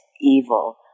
evil